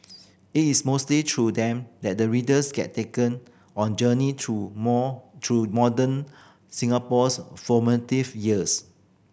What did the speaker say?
it is mostly through them that the readers get taken on journey through more through modern Singapore's formative years